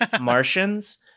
Martians